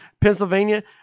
Pennsylvania